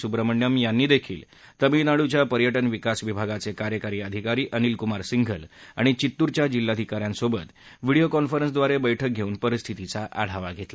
सुब्रमण्यम यांनीदेखील तमीळनाडूच्या पर्यटन विकास विभागाचे कार्यकारी अधिकारी अनिलकुमार सिंघल आणि वित्तुरच्या जिल्हाधिकाऱ्यांसोबत व्हिडिओ कॉन्फरन्सद्वारे बैठक घेऊन परिस्थितीचा आढावा घेतला